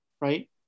Right